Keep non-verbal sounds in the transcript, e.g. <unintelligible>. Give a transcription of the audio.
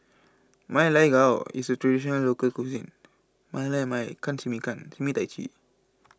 Ma Lai Gao is a Traditional Local Cuisine <unintelligible>